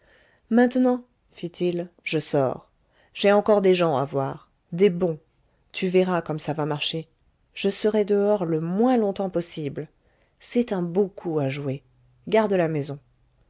maintenant fit-il je sors j'ai encore des gens à voir des bons tu verras comme ça va marcher je serai dehors le moins longtemps possible c'est un beau coup à jouer garde la maison